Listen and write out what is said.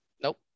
Nope